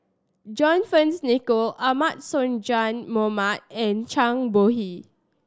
John Fearns Nicoll Ahmad Sonhadji Mohamad and Chang Bohe